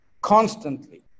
constantly